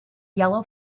yellow